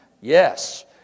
Yes